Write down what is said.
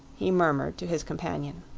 he murmured to his companion.